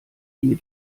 hier